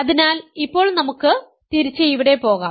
അതിനാൽ ഇപ്പോൾ നമുക്ക് തിരിച്ച് ഇവിടെ പോകാം